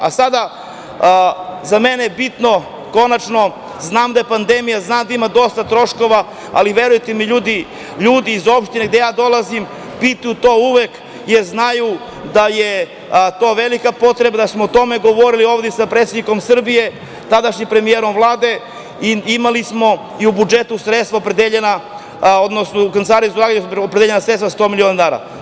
Sada, za mene je bitno konačno, znam da je pandemija, znam da ima dosta troškova, ali verujte mi, ljudi, ljudi iz opštine iz koje ja dolazim pitaju to uvek, jer znaju da je to velika potreba, da smo o tome govorili ovde i sa predsednikom Srbije, tadašnjim premijerom Vlade, imali smo i u budžetu sredstva opredeljena, odnosno u Kancelariji za ulaganje opredeljena sredstva od sto miliona dinara.